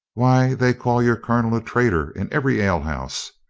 why, they call your colonel a traitor in every alehouse.